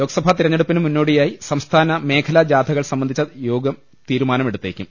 ലോക്സഭാതിരഞ്ഞെടുപ്പിന് മുന്നോടിയായി സംസ്ഥാന മേഖലാ ജാഥകൾ സംബന്ധിച്ച് യോഗം തീരുമാനമെടുത്തേക്കും